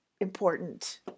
important